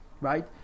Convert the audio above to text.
Right